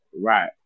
Right